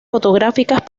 fotográficas